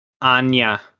Anya